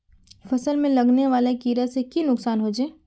फसल में लगने वाले कीड़े से की नुकसान होचे?